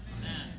Amen